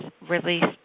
released